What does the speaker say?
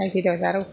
नायफैद' जारौ